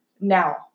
now